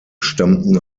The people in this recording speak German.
stammten